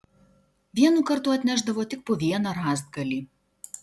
vienu kartu atnešdavo tik po vieną rąstgalį